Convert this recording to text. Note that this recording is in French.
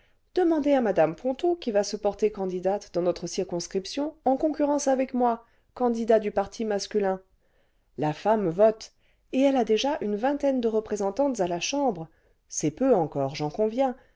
demandez à mme ponto qui va se porter candidate dans notre circonscription circonscription concurrence avec moi candidat du parti masculin la femme vote et elle a déjà une vingtaine de représentantes à la chambre c'est peu encore j'en conviens